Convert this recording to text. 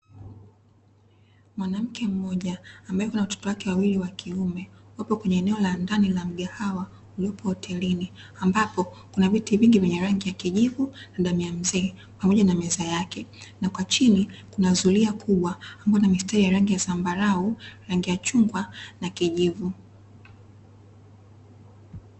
Mwanamke mmoja ambaye yupo na watoto wake wawili wa kiume wapo kwenye eneo la ndani ya mgahawa uliopo hotelini, ambapo kuna viti vingi vyenye rangi ya kijivu na damu ya mzee pamoja na meza yake. Na kwa chini kuna zulia kubwa ambalo lina mistari ya rangi ya zambarau, rangi ya chungwa na kijivu.